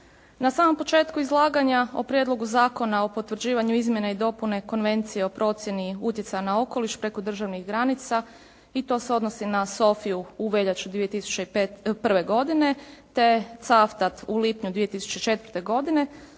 Na samom početku izlaganja o Prijedlogu zakona o potvrđivanju izmjena i dopuna i Konvencije o procjeni utjecaja na okoliš preko državnih granica i to se odnosi na Sofiju u veljači 2001. godine te Cavtat u lipnju 2004. godine.